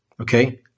Okay